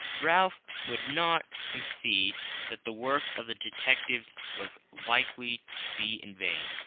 ralph would not concede that the work of the detectives was likely to be in vain,